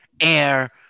air